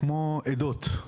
כמו עדות,